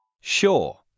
Sure